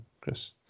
Chris